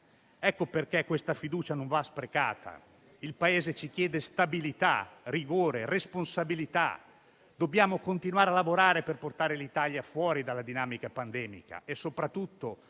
Ecco perché questa fiducia non va sprecata. Il Paese ci chiede stabilità, rigore, responsabilità. Dobbiamo continuare a lavorare per portare l'Italia fuori dalla dinamica pandemica e, soprattutto,